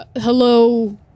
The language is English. Hello